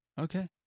Okay